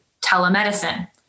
telemedicine